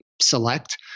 select